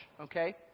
Okay